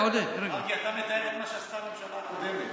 אתה מתאר את מה שעשתה הממשלה הקודמת.